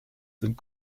sind